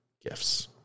gifts